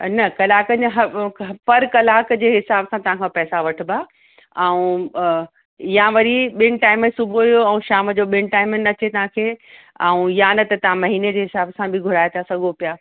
न कलाक जा ह ओ ह पर कलाक जे हिसाब सां तव्हांखां पैसा वठिबा ऐं या वरी ॿिनि टाइम सुबूह जो ऐं शाम जो ॿिनि टाइमनि अचे तव्हांखे ऐं या न त तव्हां महीने जे हिसाब सां बि घुराए था सघो पिया